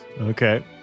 Okay